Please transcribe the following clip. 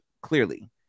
clearly